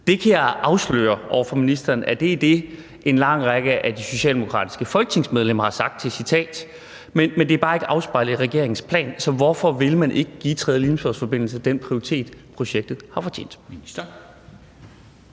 Jeg kan afsløre over for ministeren, at det er det, en lang række af de socialdemokratiske folketingsmedlemmer har sagt til citat, men det er bare ikke afspejlet i regeringens plan. Så hvorfor vil man ikke give tredje Limfjordsforbindelse den prioritet, projektet har fortjent?